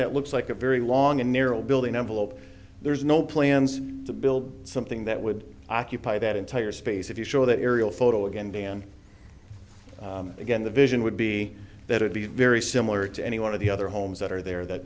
that looks like a very long and narrow building number lope there's no plans to build something that would occupy that entire space if you show that aerial photo again dan again the vision would be that it be very similar to any one of the other homes that are there that